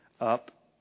up